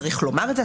צריך לומר את זה.